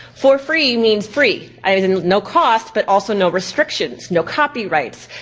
for free means free. as in no costs, but also no restrictions. no copyrights,